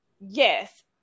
Yes